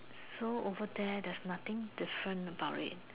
so over there there's nothing different about it